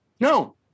No